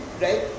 right